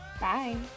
Bye